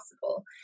possible